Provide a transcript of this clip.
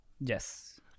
Yes